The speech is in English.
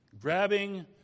grabbing